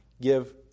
give